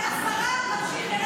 השרה, תמשיכי.